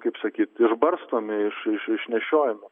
kaip sakyt išbarstomi iš iš iš išnešiojama